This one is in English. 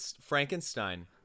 Frankenstein